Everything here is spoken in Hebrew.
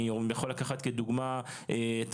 אני יכול לקחת כדוגמה את